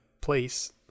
place